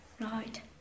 right